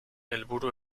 helburu